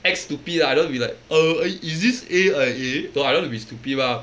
act stupid ah I don't want to be like err is this A_I_A no I don't want to be stupid lah